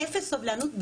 אפס סבלנות,